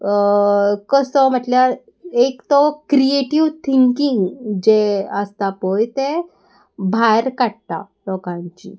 कसो म्हटल्यार एक तो क्रिएटीव थिंकींग जे आसता पय तें भायर काडटा लोकांची